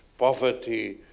poverty,